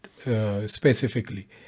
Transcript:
specifically